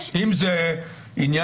לא בהכרח.